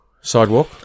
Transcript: Sidewalk